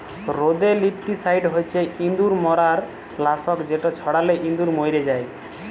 rodenticide হছে ইঁদুর মারার লাসক যেট ছড়ালে ইঁদুর মইরে যায়